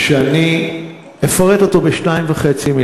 שאני אפרט אותו בשתי מילים וחצי.